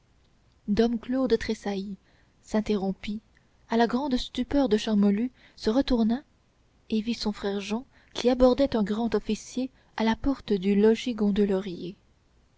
dom claude tressaillit s'interrompit à la grande stupeur de charmolue se retourna et vit son frère jehan qui abordait un grand officier à la porte du logis